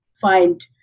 find